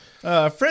Fred